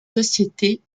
sociétés